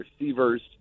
receivers